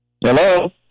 Hello